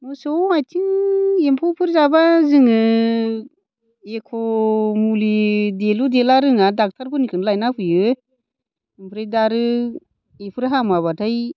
मोसौ आइथिं एम्फौफोर जाबा जोङो एख' मुलि देलु देला रोङा डाक्टारफोरनिखौनो लायना होफैयो ओमफ्राय दा आरो बेफोर हामाबाथाय